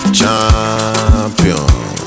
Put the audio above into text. champion